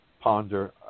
ponder